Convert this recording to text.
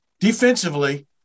Defensively